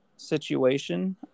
situation